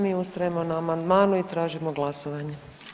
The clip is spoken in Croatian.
Mi ustrajemo na amandmanu i tražimo glasovanje.